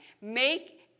Make